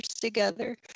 together